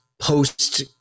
post